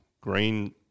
green